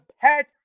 pet